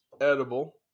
edible